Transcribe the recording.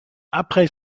après